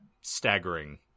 staggering –